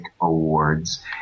Awards